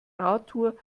radtour